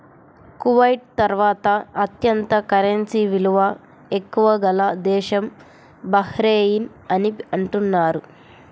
Kuwait తర్వాత అత్యంత currency విలువ ఎక్కువ గల దేశం బహ్రెయిన్ అని అంటున్నారు